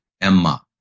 Emma